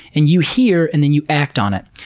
and you hear and then you act on it.